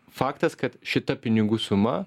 faktas kad šita pinigų suma